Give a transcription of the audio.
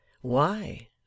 Why